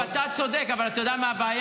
קריב, אתה צודק, אבל אתה יודע מה הבעיה?